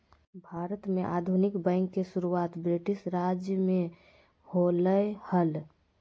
भारत में आधुनिक बैंक के शुरुआत ब्रिटिश राज में होलय हल